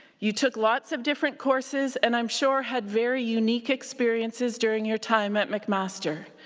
you took lots of different courses and i'm sure had very unique experiences during your time at mcmaster.